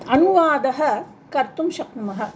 अनुवादः कर्तुं शक्नुमः